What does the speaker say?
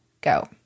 Go